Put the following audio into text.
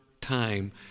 time